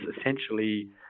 essentially